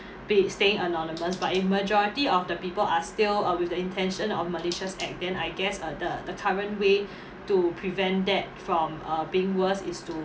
be~ staying anonymous but if majority of the people are still uh with the intention of malicious act then I guess uh the the current way to prevent that from uh being worse is to